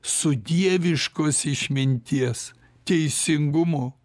su dieviškos išminties teisingumo